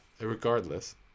regardless